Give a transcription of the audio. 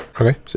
Okay